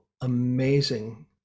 amazing